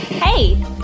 Hey